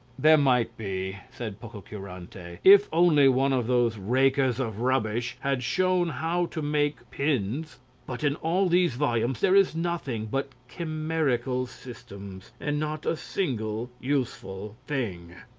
there might be, said pococurante, if only one of those rakers of rubbish had shown how to make pins but in all these volumes there is nothing but chimerical systems, and not a single useful thing.